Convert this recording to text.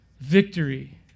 victory